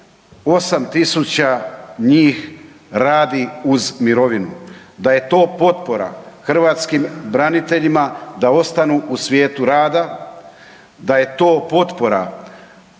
njih radi uz mirovinu, da je to potpora hrvatskim braniteljima da ostanu u svijetu rada, da je to potpora